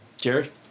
Jerry